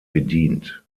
bedient